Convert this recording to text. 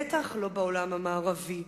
בטח לא בעולם המערבי.